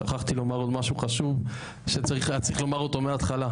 שכחתי לומר משהו חשוב שהיה צריך לומר אותו מהתחלה.